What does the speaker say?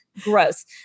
gross